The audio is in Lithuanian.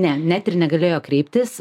ne net ir negalėjo kreiptis